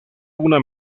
una